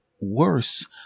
worse